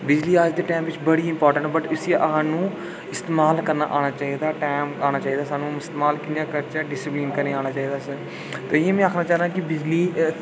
बिजली अज्ज दे टैम च बड़ी इम्पार्टेंट ऐ वट् इसी सानूं इस्तेमाल करना आना चाहिदा टैम आना चाहिदा सानूं इस्तेमाल कि'यां करचै डिसिप्लिन करना चाहिदा ऐ ते इ'यां में आखना चाह्न्नां की बिजली